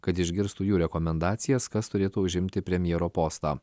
kad išgirstų jų rekomendacijas kas turėtų užimti premjero postą